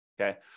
okay